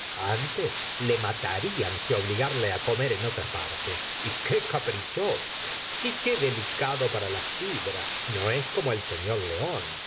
antes le matarían que obligarle á comer en otra parte y qué caprichoso y qué delicado para la sidra no es como el señor león